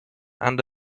and